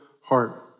heart